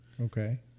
Okay